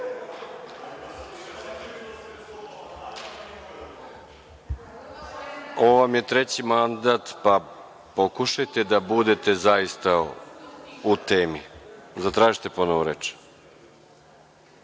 vam je treći mandat, pa pokušajte da budete zaista u temi. Zatražite ponovo reč.